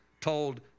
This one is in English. told